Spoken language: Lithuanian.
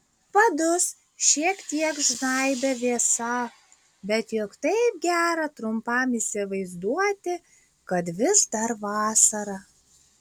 padus šiek tiek žnaibė vėsa bet juk taip gera trumpam įsivaizduoti kad vis dar vasara